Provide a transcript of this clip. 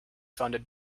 funded